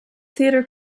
theatre